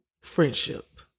friendship